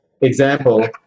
example